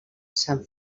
sant